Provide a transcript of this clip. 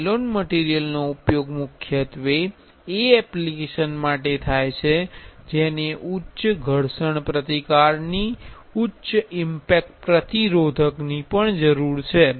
nylon મટીરિયલનો ઉપયોગ મુખ્યત્વે એ એપ્લિકેશન માટે થાય છે જેને ઉચ્ચ ઘર્ષણ પ્રતિકાર ની ઉચ્ચ ઇમ્પેક્ટ પ્રતિરોધક ની પણ જરૂર છે